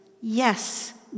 Yes